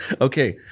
Okay